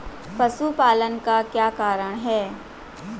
पशुपालन का क्या कारण है?